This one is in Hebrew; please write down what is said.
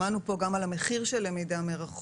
שמענו כאן גם על המחיר של למידה מרחוק,